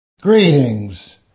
Greetings